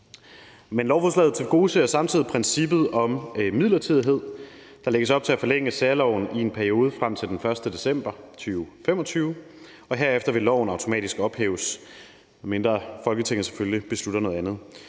Men lovforslaget tilgodeser samtidig princippet om midlertidighed. Der lægges op til at forlænge særloven i en periode frem til den 1. december 2025, og herefter vil loven automatisk ophæves, medmindre Folketinget selvfølgelig beslutter noget andet,